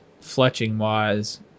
fletching-wise